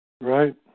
Right